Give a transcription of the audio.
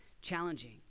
challenging